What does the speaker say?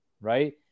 right